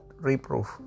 reproof